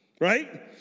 right